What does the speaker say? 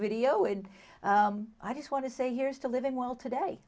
video and i just want to say here's to living well today